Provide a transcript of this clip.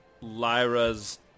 Lyra's